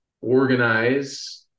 organize